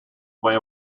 way